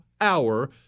hour